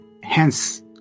hence